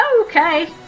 Okay